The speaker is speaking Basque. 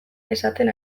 esaten